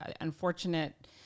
unfortunate